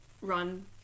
run